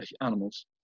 animals